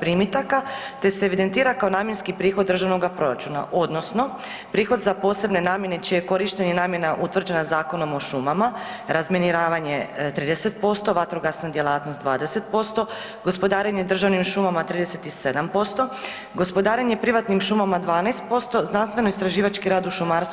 primitaka te se evidentira kao namjenski prihod državnoga proračuna odnosno prihod za posebne namjene čija je korištenje namjena utvrđena Zakonom o šumama, razminiravanje 30%, vatrogasna djelatnost 20%, gospodarenje državnim šumama 37%, gospodarenje privatnim šumama 12%, znanstveno-istraživački rad u šumarstvu 1%